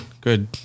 Good